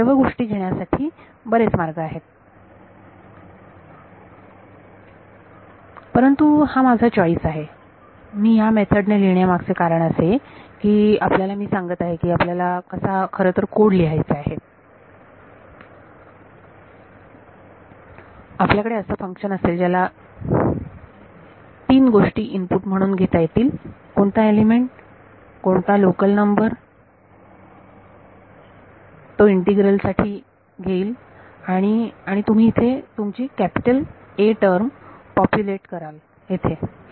ह्या सर्व गोष्टी घेण्यासाठी बरेच मार्ग आहेत परंतु हा माझा चॉईस आहे परंतु मी ह्या मेथडने लिहिण्या मागचे कारण असे की आपल्याला मी सांगत आहे की आपल्याला कसा खरंतर कोड लिहायचा आहे आपल्याकडे असं फंक्शन असेल ज्याला तीन गोष्टी इनपुट म्हणून घेता येतील कोणता एलिमेंट कोणता लोकल नंबर तो इंटीग्रल साठी घेईल आणि आणि तुम्ही इथे तुमची कॅपिटल A टर्म पॉप्युलेट कराल येथे